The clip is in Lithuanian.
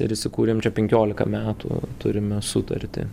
ir įsikūrėm čia penkiolika metų turime sutartį